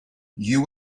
you